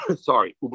Sorry